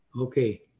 Okay